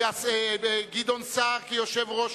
השר גדעון סער, כיושב-ראש